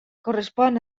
correspon